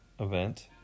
Event